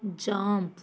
jump